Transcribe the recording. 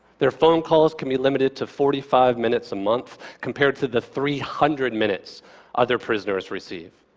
their phone calls can be limited to forty five minutes a month, compared to the three hundred minutes other prisoners receive.